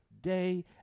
day